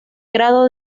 grado